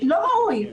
לא ראוי.